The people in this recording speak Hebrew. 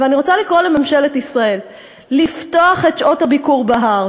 אבל אני רוצה לקרוא לממשלת ישראל לפתוח את שעות הביקור בהר.